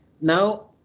Now